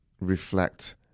reflect